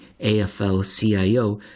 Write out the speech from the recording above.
AFL-CIO